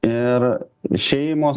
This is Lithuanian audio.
ir šeimos